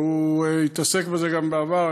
והוא התעסק בזה גם בעבר,